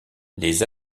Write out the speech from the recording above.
les